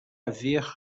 haver